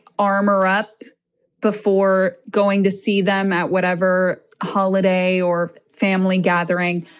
armer up before going to see them at whatever holiday or family gathering,